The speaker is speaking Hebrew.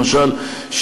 למשל,